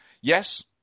Yes